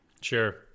sure